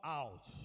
out